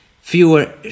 Fewer